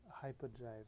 hyperdrive